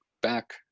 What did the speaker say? back